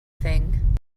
thing